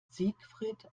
siegfried